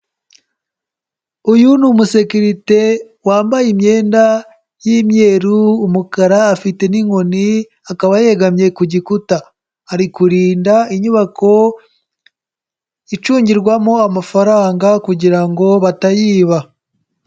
Uyu ni umusekirite wambaye imyenda y'imyeru, umukara, afite n'inkoni, akaba yegamye ku gikuta. Ari kurinda inyubako icungirwamo amafaranga kugira ngo batayiba.